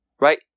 Right